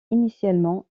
initialement